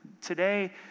Today